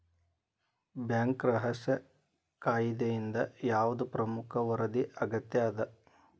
Bank ರಹಸ್ಯ ಕಾಯಿದೆಯಿಂದ ಯಾವ್ದ್ ಪ್ರಮುಖ ವರದಿ ಅಗತ್ಯ ಅದ?